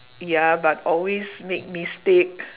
ya but always make mistake